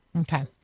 Okay